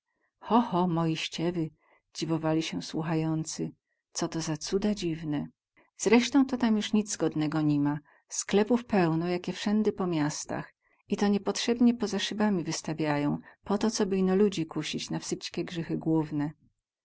ho ho moiściewy dziwowali się słuchający co to za cuda dziwne zreśtą to tam juz nic godnego ni ma sklepów pełno jak wsędy po miastach i to niepotrzebnie poza sybami wystawiają po to coby ino ludzi kusić na wsyćkie grzychy główne